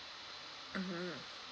mmhmm